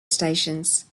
stations